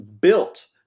built